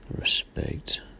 Respect